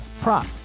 prop